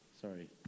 Sorry